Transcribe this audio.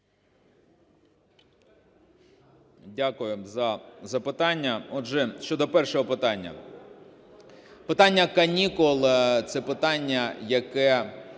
Дякую за запитання. Отже, щодо першого питання. Питання канікул – це питання, яке…